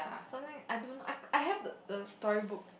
something I don't know I I have the the story book